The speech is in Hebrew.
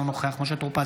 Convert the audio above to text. אינו נוכח משה טור פז,